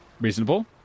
Reasonable